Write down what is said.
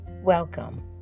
Welcome